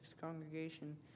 congregation